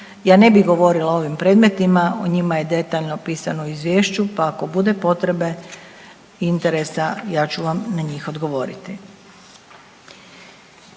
Ja ne bih govorila o ovim predmetima, o njima je detaljno pisano u Izvješću, pa ako bude potrebe, interesa, ja ću vam na njih odgovoriti.